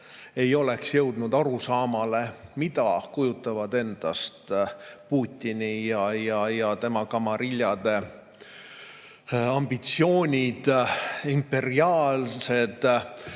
ei oleks jõudnud arusaamale, mida kujutavad endast Putini ja tema kamariljade ambitsioonid – imperiaalsed